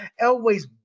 Elway's